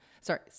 sorry